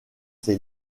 ses